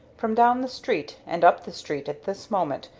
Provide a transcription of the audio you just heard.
from down the street and up the street at this moment,